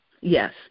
Yes